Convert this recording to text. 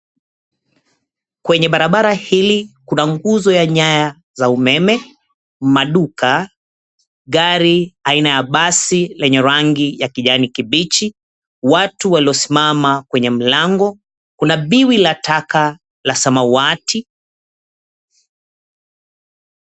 Kwenye barabara hili kuna nguzo ya nyaya za umeme, maduka, gari aina ya basi lenye rangi ya kijani kibichi, watu waliosimama kwenye mlango, kuna biwi la taka la samawati.